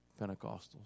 Pentecostals